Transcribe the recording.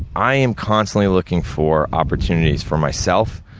i am constantly looking for opportunities for myself,